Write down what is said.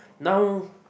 now